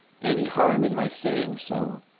any harm in my saying so?